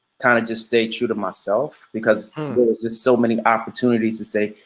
kind of just stay true to myself because there was just so many opportunities to say,